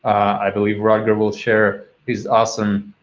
i believe rutger will share his awesome